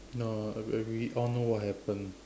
no uh we uh we all know what happened